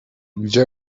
gdzie